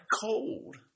cold